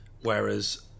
Whereas